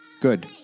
Good